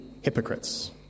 hypocrites